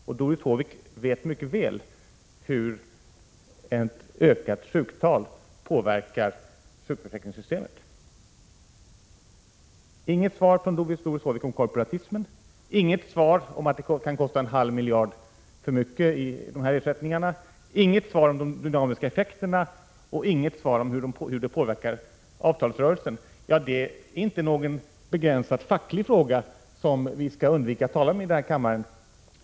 Och Doris Håvik vet mycket väl hur ett ökat sjuktal påverkar sjukförsäkringssystemet. Jag fick inget svar från Doris Håvik om korporativismen, inget svar om att dessa ersättningar kan kosta en halv miljard för mycket, inget svar om de dynamiska effekterna och inget svar på hur dessa ersättningar påverkar avtalsrörelsen. Detta är inte någon begränsad facklig fråga som vi skall undvika att tala om i denna kammare.